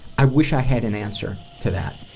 i wish i had an answer to that,